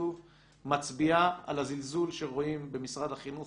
מהתקצוב מצביעה על הזלזול שרואים במשרד החינוך